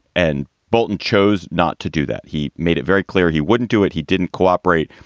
and bolton chose not to do that. he made it very clear he wouldn't do it. he didn't cooperate.